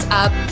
up